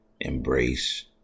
embrace